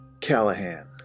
callahan